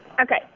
Okay